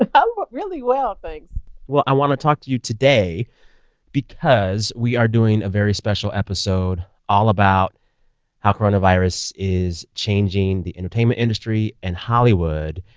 ah um but really well. thanks well, i want to talk to you today because we are doing a very special episode all about how coronavirus is changing the entertainment industry and hollywood.